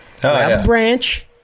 branch